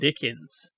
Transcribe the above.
Dickens